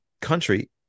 country